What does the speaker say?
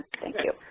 thank you.